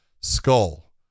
skull